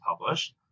published